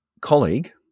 colleague